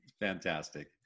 Fantastic